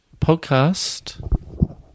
podcast